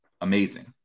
amazing